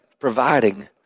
providing